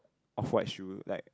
off white shoe like